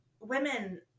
women